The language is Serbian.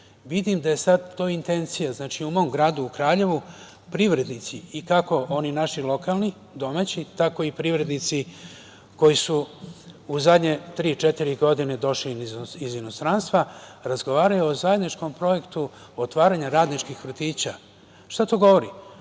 Vidim da je to sada intencija. Znači, u mom gradu, u Kraljevu, privrednici, kako naši lokalni, domaći, tako i privrednici koji su u zadnje tri, četiri godine došli iz inostranstva, razgovaraju o zajedničkom projektu otvaranja radničkih vrtića. Šta to govori?